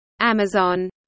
Amazon